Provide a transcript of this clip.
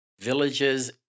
Villages